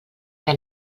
que